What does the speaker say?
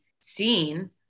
seen